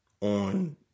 on